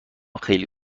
خیلی